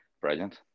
brilliant